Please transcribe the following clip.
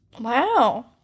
Wow